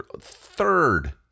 Third